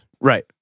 right